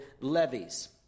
levies